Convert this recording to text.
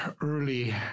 early